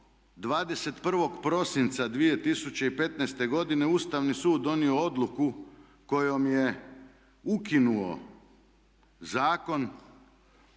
21. prosinca 2015. godine Ustavni sud je donio odluku kojom je ukinuo zakon,